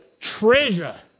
treasure